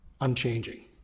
unchanging